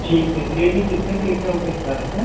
ठीक है क्लीनिक कितने से कितने बजे तक खुला रहता है